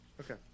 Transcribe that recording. Okay